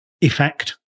Effect